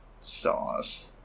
sauce